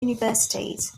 universities